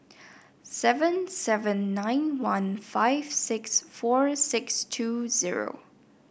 seven seven nine one five six four six two zero